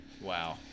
wow